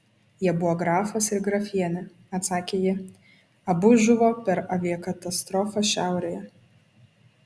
jie buvo grafas ir grafienė atsakė ji abu žuvo per aviakatastrofą šiaurėje